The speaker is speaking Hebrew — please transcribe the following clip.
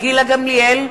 גילה גמליאל,